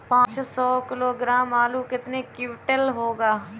पाँच सौ किलोग्राम आलू कितने क्विंटल होगा?